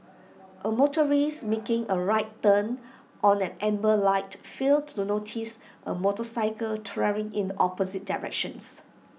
A motorist making A right turn on an amber light failed to notice A motorcycle travelling in the opposite directions